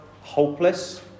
hopeless